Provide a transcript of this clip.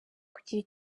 kugira